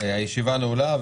הישיבה נעולה.